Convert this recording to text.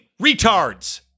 retards